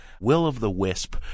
will-of-the-wisp